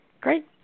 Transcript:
Great